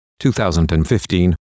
2015